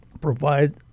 provide